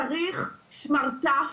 צריך שמרטף,